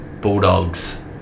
Bulldogs